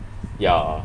ya